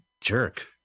jerk